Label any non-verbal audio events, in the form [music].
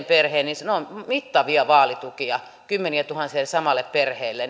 [unintelligible] perheen ne ovat mittavia vaalitukia kymmeniätuhansia samalle perheelle [unintelligible]